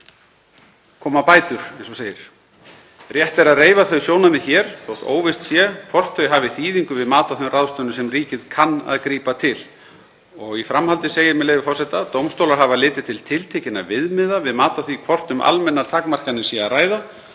koma bætur. Rétt er að reifa þau sjónarmið hér þótt óvíst sé hvort þau hafi þýðingu við mat á þeim ráðstöfunum sem ríkið kann að grípa til.“ Í framhaldi segir, með leyfi forseta: „Dómstólar hafa litið til tiltekinna viðmiða við mat á því hvort um almennar takmarkanir sé að ræða